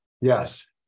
yes